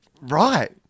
Right